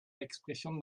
l’expression